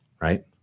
right